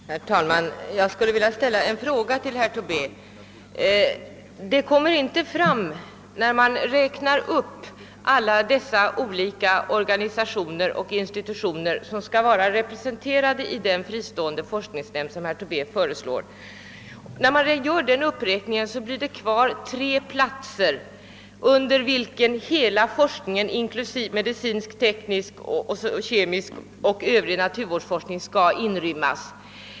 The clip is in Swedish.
Herr talman! Jag skulle vilja ställa en fråga till herr Tobé. Det framgick inte av herr Tobés uppräkning av alla de olika organisationer och institutioner, som skall vara representerade i den fristående forskningsnämnd herr Tobé föreslår, att det bara blir tre platser kvar, under vilka hela forskningen inklusive medicinsk, teknisk, kemisk och övrig naturvårdsforskning skall inrymmas.